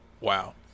wow